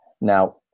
Now